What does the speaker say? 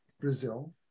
Brazil